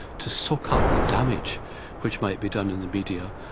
to soak up the damage which might be done in the media,